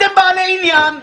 אתם בעלי עניין.